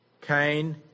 Cain